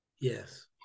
Yes